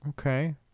Okay